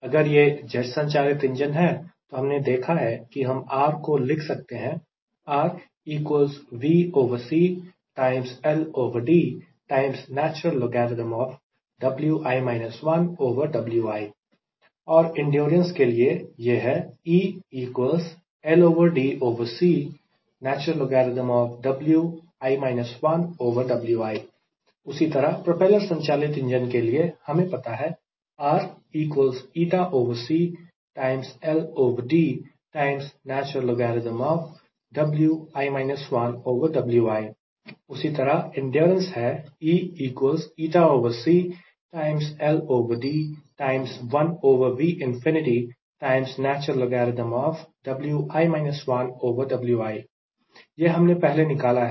अगर यह जेट संचालित इंजन है तो हमने देखा है कि हम R को लिख सकते हैं और एंड्योरेंस के लिए यह है उसी तरह प्रोपेलर संचालित इंजन के लिए हमें पता है उसी तरह एंड्योरेंस है यह हमने पहले निकाला है